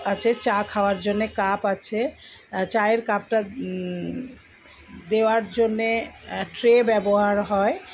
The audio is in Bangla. আছে চা খাওয়ার জন্যে কাপ আছে চায়ের কাপটা দেওয়ার জন্যে ট্রে ব্যবহার হয়